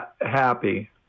happy